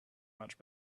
much